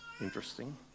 Interesting